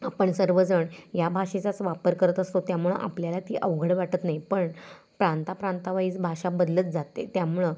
आपण सर्वजण या भाषेचाच वापर करत असतो त्यामुळं आपल्याला ती अवघड वाटत नाही पण प्रांताप्रांतावाईज भाषा बदलत जाते त्यामुळं